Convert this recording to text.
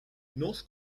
norse